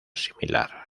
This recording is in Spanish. similar